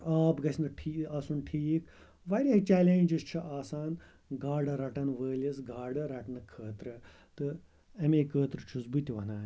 آب گَژھِ نہٕ آسُن ٹھیٖک واریاہ چیلینٛجِس چھِ آسان گاڈٕ رَٹَن وٲلِس گاڈٕ رَٹنہٕ خٲطرٕ تہٕ امیے خٲطرٕ چھُس بہٕ تہِ وَنان یہِ